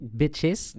bitches